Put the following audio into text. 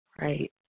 right